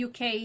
UK